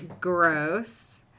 gross